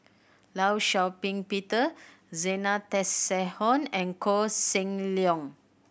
Law Shau Ping Peter Zena Tessensohn and Koh Seng Leong